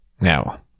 Now